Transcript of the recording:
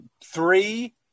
three